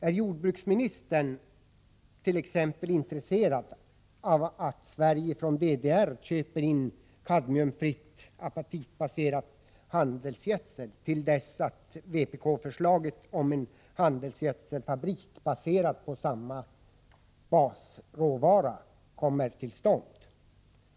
Är jordbruksministern intresserad av att Sverige från DDR köper in kadmiumfritt apatitbaserat handelsgödsel till dess att vpk-förslaget om en handelsgödseltillverkning i Norrbotten, baserad på samma basråvara, blir verklighet?